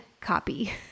copy